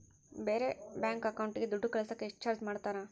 ಬೇರೆ ಬ್ಯಾಂಕ್ ಅಕೌಂಟಿಗೆ ದುಡ್ಡು ಕಳಸಾಕ ಎಷ್ಟು ಚಾರ್ಜ್ ಮಾಡತಾರ?